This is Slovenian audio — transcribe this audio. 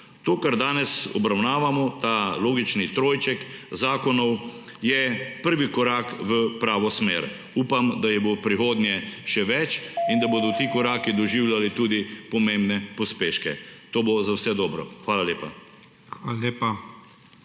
To, kar danes obravnavamo, ta logični trojček zakonov, je prvi korak v pravo smer. Upam, da jih bo v prihodnje še več in da bodo ti koraki doživljali tudi pomembne pospeške. To bo za vse dobro. Hvala lepa.